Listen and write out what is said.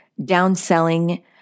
downselling